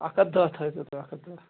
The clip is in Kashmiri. اکھ ہَتھ دَہ تھٲوِزیٚو تُہۍ اکھ ہتھ دَہ